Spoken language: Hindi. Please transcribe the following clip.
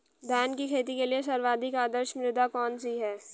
धान की खेती के लिए सर्वाधिक आदर्श मृदा कौन सी है?